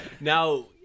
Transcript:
Now